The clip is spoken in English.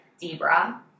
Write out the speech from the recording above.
Debra